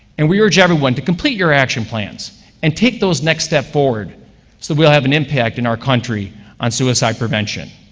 and we urge everyone to complete your action plans and take those next steps forward, so that we'll have an impact in our country on suicide prevention.